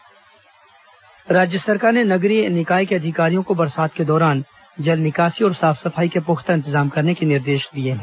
नगरीय प्रशासन मंत्री समीक्षा राज्य सरकार ने नगरीय निकाय के अधिकारियों को बरसात के दौरान जल निकासी और साफ सफाई के पुख्ता इंतजाम करने के निर्देश दिए हैं